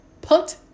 put